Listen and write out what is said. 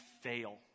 fail